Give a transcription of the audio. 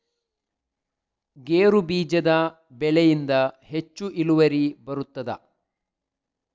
ಗೇರು ಬೀಜದ ಬೆಳೆಯಿಂದ ಹೆಚ್ಚು ಇಳುವರಿ ಬರುತ್ತದಾ?